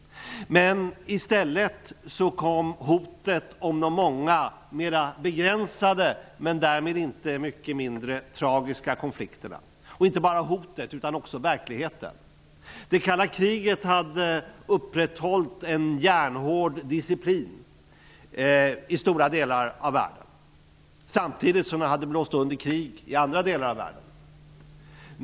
Men i stället kom hotet om de många mer begränsade men därmed inte mycket mindre tragiska konflikterna -- och inte bara hotet utan också verkligheten. Det kalla kriget hade upprätthållit en järnhård disciplin i stora delar av världen, samtidigt som det hade underblåst krig i andra delar av världen.